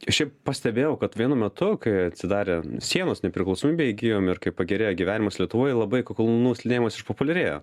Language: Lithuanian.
šiaip pastebėjau kad vienu metu kai atsidarė sienos nepriklausomybę įgijom ir kai pagerėjo gyvenimas lietuvoj labai kalnų slidinėjimas išpopuliarėjo